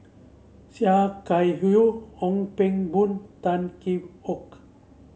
Sia Kah Hui Ong Pang Boon Tan Kee